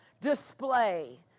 display